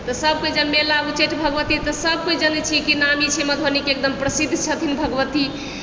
तऽ सब कोई जब मेला उच्चैठ भगवती तऽ सब कोइ जानै छियै जे नामी छै मधुबनीके एकदम प्रसिद्ध छथिन भगवती